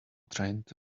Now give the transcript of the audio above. trained